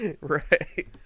Right